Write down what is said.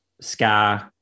Sky